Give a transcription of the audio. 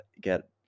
get